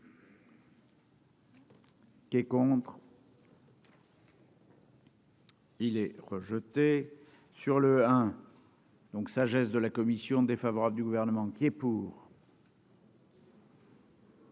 Qui est contre. Il est rejeté sur le hein. Donc sagesse de la Commission défavorable du gouvernement qui est pour.